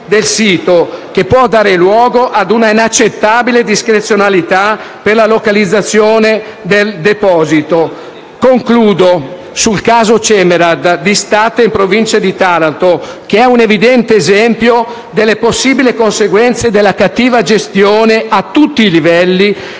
del sito, che può dare luogo a una inaccettabile discrezionalità per la localizzazione del deposito. Mi avvio a concludere il mio intervento sul caso Cemerad di Statte, in Provincia di Taranto, che è un evidente esempio delle possibili conseguenze della cattiva gestione, a tutti i livelli,